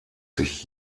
sich